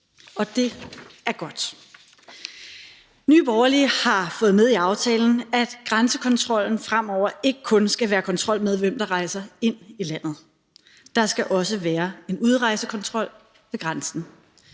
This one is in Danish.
Det er godt. Nye Borgerlige har fået med i aftalen, at grænsekontrollen fremover ikke kun skal være en kontrol med, hvem der rejser ind i landet. Der skal også være en udrejsekontrol ved grænsen.